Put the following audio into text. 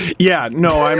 yeah, no, um